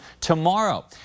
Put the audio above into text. tomorrow